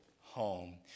home